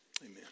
amen